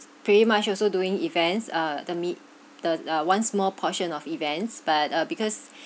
pretty much also doing events uh the meet the uh one small portion of events but uh because